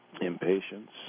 Impatience